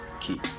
Keep